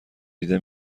دیده